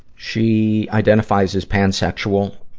she identifies as pansexual,